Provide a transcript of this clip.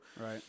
Right